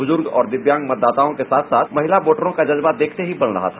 बुजुर्ग और दिव्यांग मतदाताओं के साथ साथ महिला वोटरों का जज्बा देखते ही बन रहा था